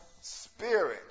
spirit